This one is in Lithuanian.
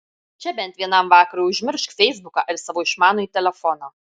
čia bent vienam vakarui užmiršk feisbuką ir savo išmanųjį telefoną